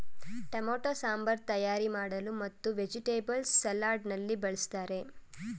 tomato sambar ತಯಾರಿ ಮಾಡಲು ಮತ್ತು ವೆಜಿಟೇಬಲ್ಸ್ ಸಲಾಡ್ ನಲ್ಲಿ ಬಳ್ಸತ್ತರೆ